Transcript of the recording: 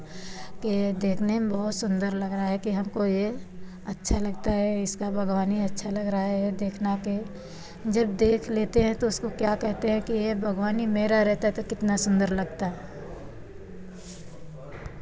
कि यह देखने में बहुत सुंदर लग रहा है कि हमको यह अच्छा लगता है इसका बाग़वानी अच्छा लग रहा है यह देखना पर जब देख लेते हैं तो उसको क्या केहते हैं कि यह बाग़वानी मेरा रहता तो कितना सुंदर लगता